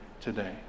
today